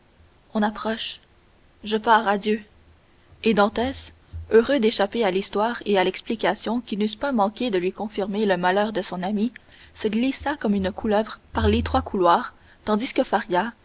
on approche je pars adieu et dantès heureux d'échapper à l'histoire et à l'explication qui n'eussent pas manqué de lui confirmer le malheur de son ami se glissa comme une couleuvre par l'étroit couloir tandis que faria